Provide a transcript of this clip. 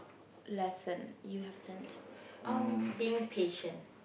lesson you have learnt um being patient